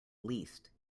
least